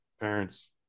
parents